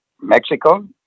Mexico